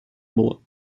было